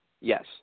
yes